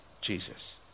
Jesus